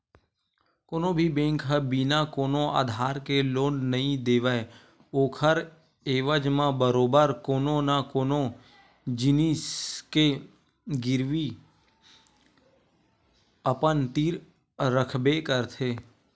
कोनो भी बेंक ह बिना कोनो आधार के लोन नइ देवय ओखर एवज म बरोबर कोनो न कोनो जिनिस के गिरवी अपन तीर रखबे करथे